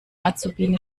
azubine